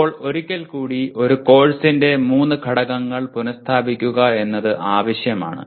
ഇപ്പോൾ ഒരിക്കൽ കൂടി ഒരു കോഴ്സിന്റെ മൂന്ന് ഘടകങ്ങൾ പുനഃസ്ഥാപിക്കുക എന്നത് ആവശ്യമാണ്